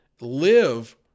live